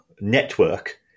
network